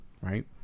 right